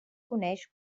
coneix